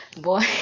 boy